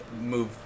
move